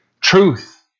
Truth